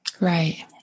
right